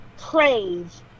praise